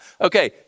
okay